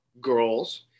girls